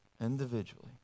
individually